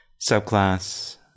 subclass